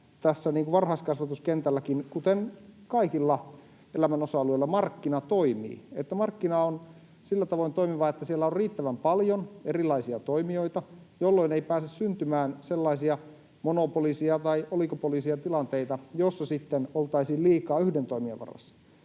tässä varhaiskasvatuskentälläkin, kuten kaikilla elämän osa-alueilla, markkina toimii, että markkina on sillä tavoin toimiva, että siellä on riittävän paljon erilaisia toimijoita, jolloin ei pääse syntymään sellaisia monopolistisia tai oligopolistisia tilanteita, joissa sitten oltaisiin liikaa yhden toimijan varassa.